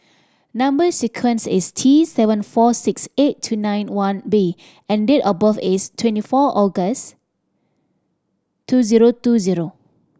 number sequence is T seven four six eight two nine one B and date of birth is twenty four August two zero two zero